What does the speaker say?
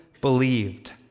believed